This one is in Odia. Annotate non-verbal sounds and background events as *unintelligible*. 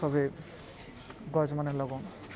ସବେ ଗଛ୍ମାନେ *unintelligible*